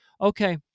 okay